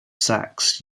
sacks